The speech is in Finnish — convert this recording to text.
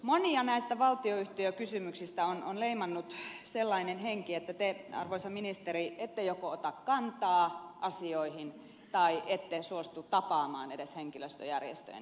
monia näistä valtioyhtiökysymyksistä on leimannut sellainen henki että te arvoisa ministeri ette joko ota kantaa asioihin tai ette suostu tapaamaan edes henkilöstöjärjestöjen edustajia